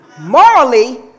Morally